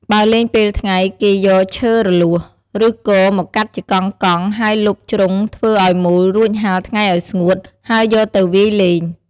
បើលេងពេលថ្ងៃ គេយកឈើរលួស ឬគរមកកាត់ជាកង់ៗ ហើយលុបជ្រុងធ្វើឲ្យមូលរួចហាលថ្ងៃឲ្យស្ងួត ហើយយកទៅវាយលេង ។